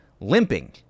limping